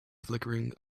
flickering